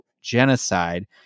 genocide